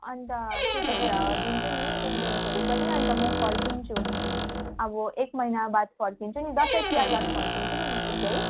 अन्त त्यतिखेर दिन्छु नि रुम रेन्टहरू पनि अन्त म फर्किन्छु अब एक महिनाबाद फर्किन्छु दसैँ तिहारबाद फर्किन्छु नि म सिधै